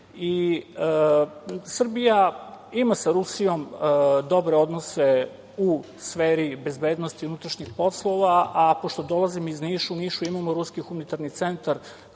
pitanju. Srbija ima sa Rusijom dobre odnose u sferi bezbednosti i unutrašnjih poslova, a pošto dolazim iz Niša, u Nišu imamo Ruski humanitarni centar